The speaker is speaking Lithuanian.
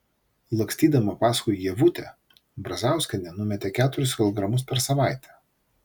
lakstydama paskui ievutę brazauskienė numetė keturis kilogramus per savaitę